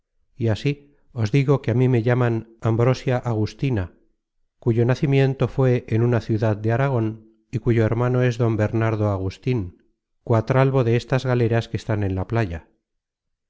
y así os digo que a mí me llaman ambrosia agustina cuyo nacimiento fué en una ciudad de aragon y cuyo hermano es don bernardo agustin cuatralvo de estas galeras que están en la playa